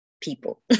people